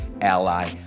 Ally